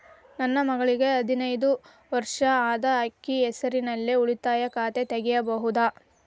ನನ್ನ ಮಗಳಿಗೆ ಹದಿನೈದು ವರ್ಷ ಅದ ಅಕ್ಕಿ ಹೆಸರಲ್ಲೇ ಉಳಿತಾಯ ಖಾತೆ ತೆಗೆಯಬಹುದಾ?